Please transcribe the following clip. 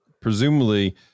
presumably